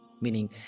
Meaning